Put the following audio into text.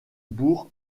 bourg